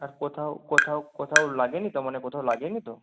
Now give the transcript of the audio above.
আর কোথাও কোথাও কোথাও লাগে নি তো মানে কোথাও লাগে নি তো